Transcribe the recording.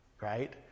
right